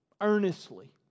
earnestly